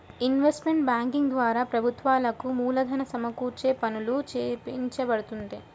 investment banking ద్వారా ప్రభుత్వాలకు మూలధనం సమకూర్చే పనులు చేసిపెడుతుంటారు